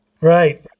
Right